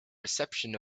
reception